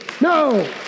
No